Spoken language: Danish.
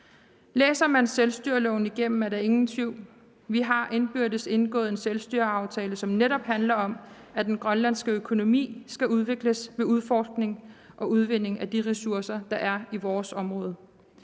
vil man se, at der ikke er nogen tvivl. Vi har indbyrdes indgået en selvstyreaftale, som netop handler om, at den grønlandske økonomi skal udvikles ved udforskning og udvinding af de ressourcer, der er i vores område.